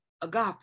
agape